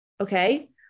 Okay